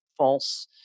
False